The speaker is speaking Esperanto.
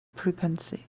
pripensi